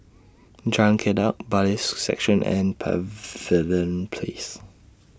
Jalan Kledek Bailiffs' Section and Pavilion Place